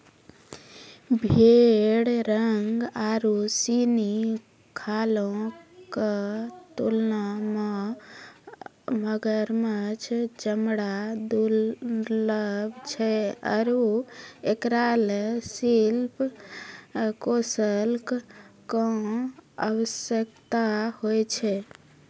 भेड़ रंग आरु सिनी खालो क तुलना म मगरमच्छ चमड़ा दुर्लभ छै आरु एकरा ल शिल्प कौशल कॅ आवश्यकता होय छै